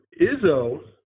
Izzo